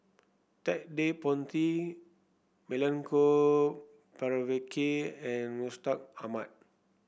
Ted De Ponti Milenko Prvacki and Mustaq Ahmad